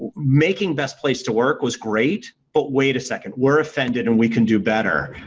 making best place to work was great but wait a second we're offended and we can do better.